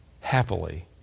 happily